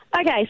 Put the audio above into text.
Okay